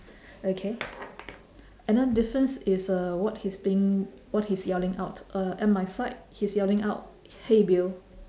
okay another difference is uh what he's being what he's yelling out uh at my side he's yelling out hey bill